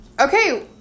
Okay